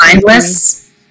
mindless